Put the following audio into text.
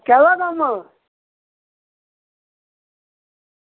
कैह्दा कम्म